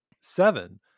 seven